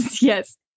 Yes